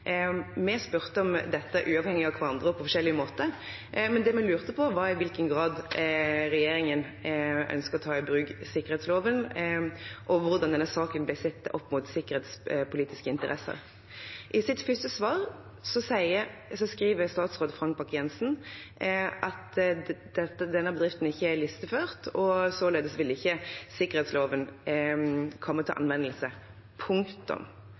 Vi spurte om dette uavhengig av hverandre, på forskjellige måter, men det vi lurte på, var i hvilken grad regjeringen ønsket å ta i bruk sikkerhetsloven, og hvordan denne saken ble sett opp mot sikkerhetspolitiske interesser. I sitt første svar skriver statsråd Frank Bakke-Jensen at denne bedriften ikke er listeført, og således ville ikke sikkerhetsloven komme til anvendelse. Punktum.